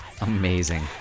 Amazing